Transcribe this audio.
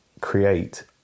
create